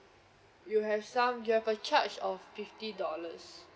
you have sum you have a charge of fifty dollars